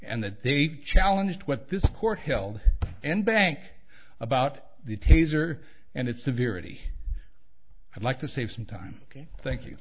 and that they challenged what this court held and bank about the taser and it severely i'd like to save some time ok thank you